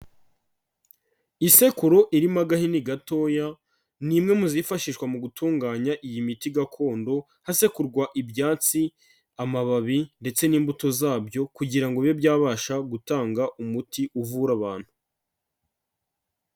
Isekuru irimo agahini gatoya, ni imwe mu zifashishwa mu gutunganya iyi miti gakondo, hasekurwa ibyatsi, amababi ndetse n'imbuto zabyo kugira ngo bibe byabasha gutanga umuti uvura abantu.